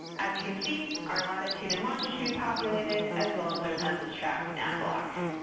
as you can see, our latitude and longitude populated, as well as our census tract and block.